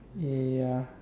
ya